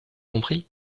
compris